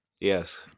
yes